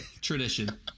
Tradition